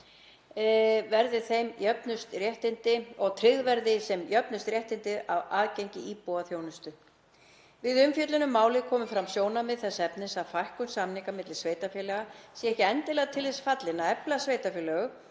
verði virt og tryggð verði sem jöfnust réttindi og aðgengi íbúa að þjónustu. Við umfjöllun um málið komu fram sjónarmið þess efnis að fækkun samninga milli sveitarfélaga sé ekki endilega til þess fallin að efla sveitarfélög